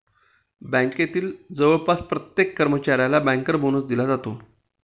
बँकेतील जवळपास प्रत्येक कर्मचाऱ्याला बँकर बोनस दिला जातो